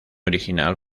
original